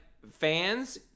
Fans